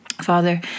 Father